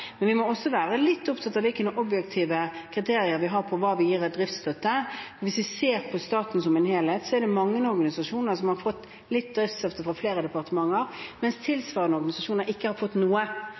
men vi må også være litt opptatt av hvilke objektive kriterier vi har for hva vi gir i driftsstøtte. Hvis vi ser på staten som en helhet, så er det mange organisasjoner som har fått litt driftsstøtte fra flere departementer, mens tilsvarende organisasjoner ikke har fått noe